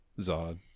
zod